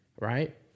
right